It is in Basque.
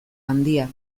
handia